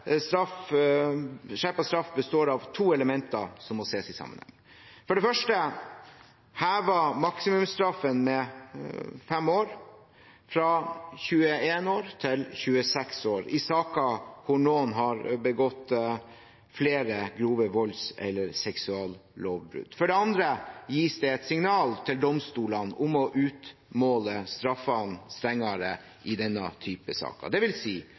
straff består av to elementer som må ses i sammenheng: for det første at man hever maksimumsstraffen med 5 år, fra 21 år til 26 år, i saker hvor noen har begått flere grove volds- eller seksuallovbrudd. For det andre gis det et signal til domstolene om å utmåle straffene strengere i denne typen saker.